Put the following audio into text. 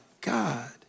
God